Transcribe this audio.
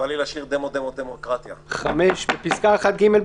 4 בעד.